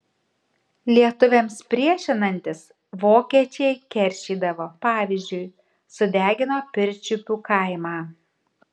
lietuviams priešinantis vokiečiai keršydavo pavyzdžiui sudegino pirčiupių kaimą